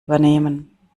übernehmen